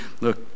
look